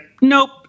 nope